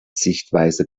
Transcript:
sichtweise